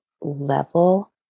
level